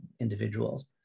individuals